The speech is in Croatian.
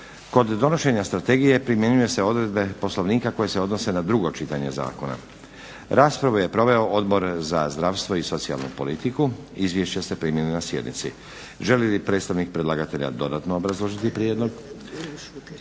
Kod donošenja strategije primjenjuju se odredbe Poslovnika koje se odnose na drugo čitanje zakona. Raspravu je proveo Odbor za zdravstvo i socijalnu politiku. Izvješća ste primili na sjednici. Želi li predstavnik predlagatelja dodatno obrazložiti prijedlog....